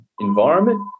environment